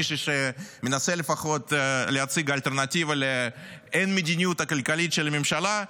מישהו שמנסה לפחות להציג אלטרנטיבה לאין-מדיניות כלכלית של הממשלה,